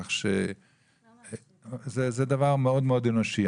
כך שזה דבר מאוד מאוד אנושי.